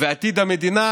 ועתיד המדינה